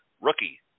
rookie